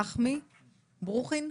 נחמי ברוכים?